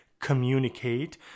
communicate